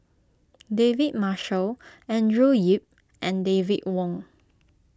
David Marshall Andrew Yip and David Wong